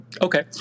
Okay